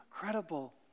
incredible